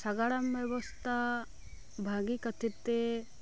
ᱥᱟᱜᱟᱲᱚᱢ ᱵᱮᱵᱚᱛᱟ ᱵᱷᱟᱹᱜᱮ ᱠᱷᱟᱹᱛᱤᱨ ᱛᱮ